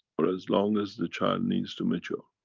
or as long as the child needs to mature.